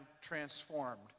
transformed